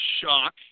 shock